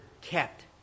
Kept